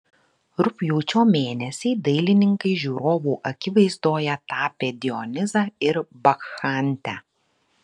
rugpjūčio mėnesį dailininkai žiūrovų akivaizdoje tapė dionizą ir bakchantę